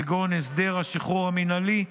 כגון הסדר השחרור המינהלי.